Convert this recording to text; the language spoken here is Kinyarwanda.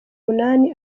munani